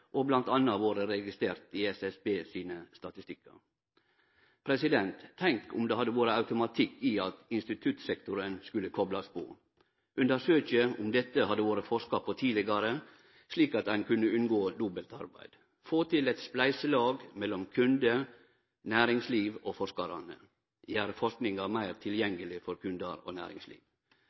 og bl.a. i SSB sine statistikkar. Tenk om det hadde vore automatikk i at instituttsektoren skulle koplast på – undersøkje om dette hadde vore forska på tidlegare, slik at ein kunne unngå dobbeltarbeid, få til eit spleiselag mellom kunde, næringsliv og forskarar og gjere forskinga meir tilgjengeleg for kundar og næringsliv.